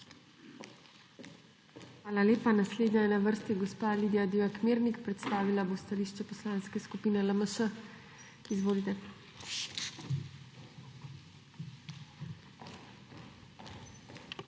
Hvala lepa. Naslednja je na vrsti gospa Lidija Divjak Mirnik, predstavila bo stališče Poslanske skupine LMŠ. Izvolite. **LIDIJA